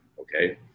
okay